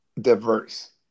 diverse